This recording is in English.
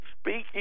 Speaking